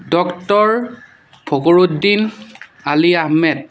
doctor Fakhruddin Ali Ahmed